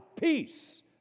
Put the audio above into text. peace